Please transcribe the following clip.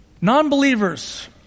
Non-believers